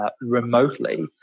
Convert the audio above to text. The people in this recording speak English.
remotely